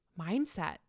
mindset